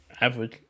Average